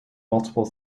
multiple